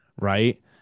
Right